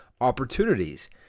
opportunities